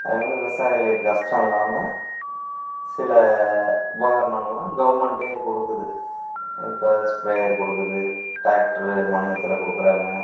அது மாதிரி விவசாயிகளுக்கு கஷ்டம் இல்லாமல் சில உபகாரணங்கள்லாம் கவர்மெண்ட்டே கொடுக்குது இப்போ ஸ்ப்ரேயர் கொடுக்குது டிராக்ட்ரு மானியத்தில் கொடுக்கறாங்க